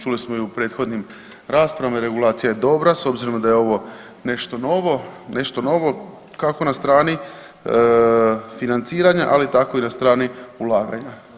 Čuli smo i u prethodnim raspravama regulacija je dobra s obzirom da je ovo nešto novo, nešto nove kako na strani financiranja ali tako i na strani ulaganja.